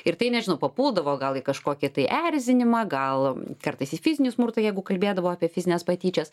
ir tai nežinau papuldavo gal į kažkokį tai erzinimą gal kartais į fizinį smurtą jeigu kalbėdavo apie fizines patyčias